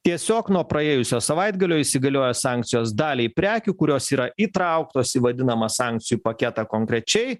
tiesiog nuo praėjusio savaitgalio įsigalioja sankcijos daliai prekių kurios yra įtrauktos į vadinamą sankcijų paketą konkrečiai